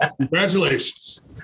Congratulations